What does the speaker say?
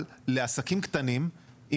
עם זאת,